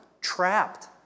trapped